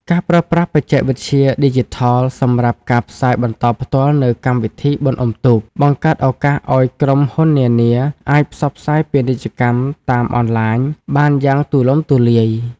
ការប្រើប្រាស់បច្ចេកវិទ្យាឌីជីថលសម្រាប់ការផ្សាយបន្តផ្ទាល់នូវកម្មវិធីបុណ្យអុំទូក បង្កើតឱកាសឱ្យក្រុមហ៊ុននានាអាចផ្សព្វផ្សាយពាណិជ្ជកម្មតាមអនឡាញបានយ៉ាងទូលំទូលាយ។